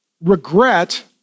regret